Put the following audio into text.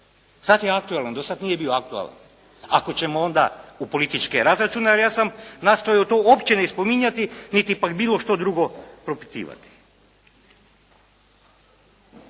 Sada je aktualan, do sada nije bio aktualan. Ako ćemo onda u političke razračune, ali ja sam nastojao to uopće ne spominjati, niti pak bilo što drugo propitivati.